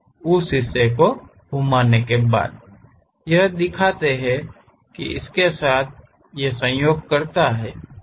उस हिस्से को घूमाने के बाद यह दिखाते हुए कि यह इसके साथ संयोग करता है